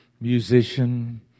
musician